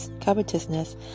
covetousness